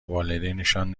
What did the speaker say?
والدینشان